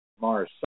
Mars